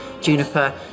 juniper